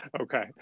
Okay